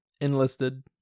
enlisted